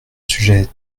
sujet